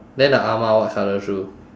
then the ah ma what colour shoe